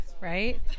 right